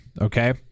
okay